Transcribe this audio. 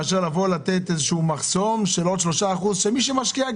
מאשר לשים מחסום של 3%. מי שמשקיע,